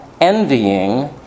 envying